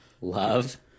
Love